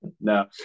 No